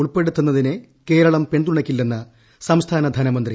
ഉൾപ്പെടുത്തുന്നതിനെ ക്ടേരളം പിന്തുണയ്ക്കില്ലെന്ന് സ്ംസ്ഥാന ധനമന്ത്രി